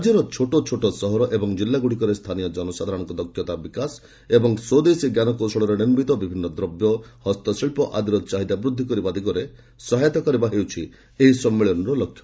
ରାଜ୍ୟର ଛୋଟ ଛୋଟ ସହର ଏବଂ ଜିଲ୍ଲାଗ୍ରଡ଼ିକରେ ସ୍ଥାନୀୟ ଜନସାଧାରଣଙ୍କ ଦକ୍ଷତା ବିକାଶ ଏବଂ ସ୍ପଦେଶୀ ଜ୍ଞାନକୌଶଳରେ ନିର୍ମିତ ବିଭିନ୍ନ ଦ୍ରବ୍ୟ ହସ୍ତଶିଳ୍ପ ଆଦିର ଚାହିଦା ବୃଦ୍ଧି କରିବା ଦିଗରେ ସହାୟତା କରିବା ହେଉଛି ଏହି ସମ୍ମିଳନୀର ଲକ୍ଷ୍ୟ